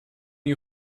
you